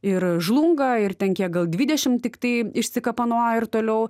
ir žlunga ir ten kiek gal dvidešimt tiktai išsikapanoja ir toliau